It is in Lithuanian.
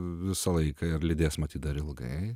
visą laiką ir lydės matyt dar ilgai